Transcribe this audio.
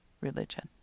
religion